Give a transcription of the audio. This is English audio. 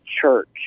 Church